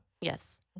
Yes